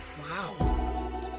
Wow